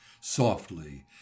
softly